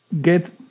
get